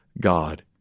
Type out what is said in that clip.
God